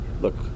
look